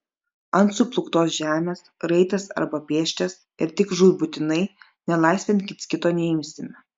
ant suplūktos žemės raitas arba pėsčias ir tik žūtbūtinai nelaisvėn kits kito neimsime